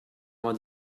vingt